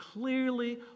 clearly